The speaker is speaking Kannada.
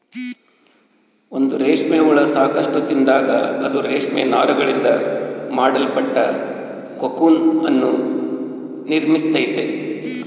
ಒಂದು ರೇಷ್ಮೆ ಹುಳ ಸಾಕಷ್ಟು ತಿಂದಾಗ, ಅದು ರೇಷ್ಮೆ ನಾರುಗಳಿಂದ ಮಾಡಲ್ಪಟ್ಟ ಕೋಕೂನ್ ಅನ್ನು ನಿರ್ಮಿಸ್ತೈತೆ